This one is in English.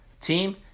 team